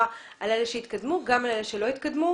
על אלה שהתקדמו וגם על אלה שלא התקדמו.